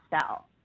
sell